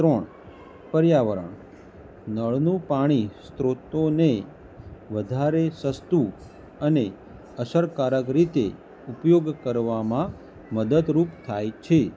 ત્રણ પર્યાવરણ નળનું પાણી સ્ત્રોતોને વધારે સસ્તું અને અસરકારક રીતે ઉપયોગ કરવામાં મદદરૂપ થાય છે